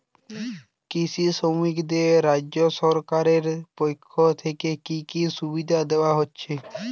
কৃষি শ্রমিকদের রাজ্য সরকারের পক্ষ থেকে কি কি সুবিধা দেওয়া হয়েছে?